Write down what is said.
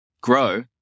grow